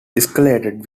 escalated